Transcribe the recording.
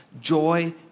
Joy